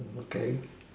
okay